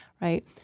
right